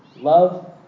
Love